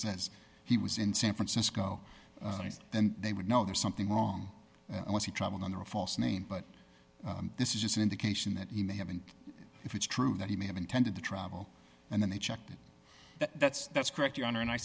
says he was in san francisco then they would know there's something wrong unless he traveled under a false name but this is just an indication that he may have and if it's true that he may have intended to travel and then they checked and that's that's correct your honor and i